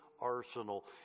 arsenal